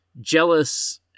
jealous